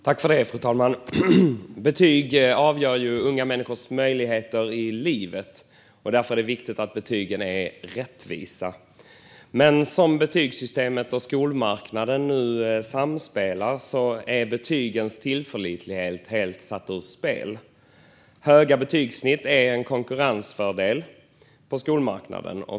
Fru talman! Betyg avgör ju unga människors möjligheter i livet. Därför är det viktigt att betygen är rättvisa. Men som betygssystemet och skolmarknaden nu samspelar är betygens tillförlighet helt satt ur spel. Höga betygssnitt är en konkurrensfördel på skolmarknaden.